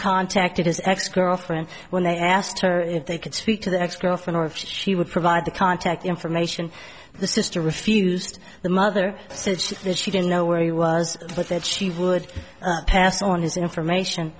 contacted his ex girlfriend when they asked her if they could speak to the ex girlfriend or if she would provide the contact information the sister refused the mother said she that she didn't know where he was but that she would pass on his information